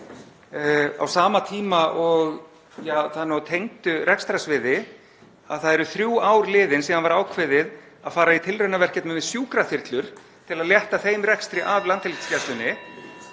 á sama tíma, og það er nú á tengdu rekstrarsviði, og það eru þrjú ár liðin síðan var ákveðið að fara í tilraunaverkefni með sjúkraþyrlur til að létta þeim rekstri af Landhelgisgæslunni,